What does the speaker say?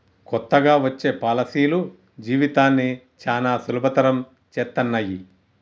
కొత్తగా వచ్చే పాలసీలు జీవితాన్ని చానా సులభతరం చేత్తన్నయి